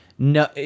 No